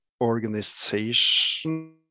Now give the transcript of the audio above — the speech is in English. organization